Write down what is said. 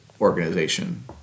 organization